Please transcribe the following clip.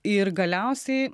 ir galiausiai